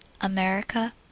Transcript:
America